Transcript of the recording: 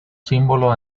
símbolo